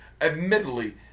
admittedly